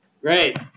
Great